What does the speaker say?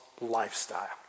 lifestyle